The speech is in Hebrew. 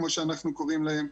כמו שאנחנו קוראים להם,